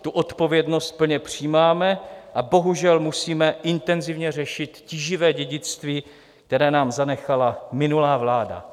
Tu odpovědnost plně přijímáme a bohužel musíme intenzivně řešit tíživé dědictví, které nám zanechala minulá vláda.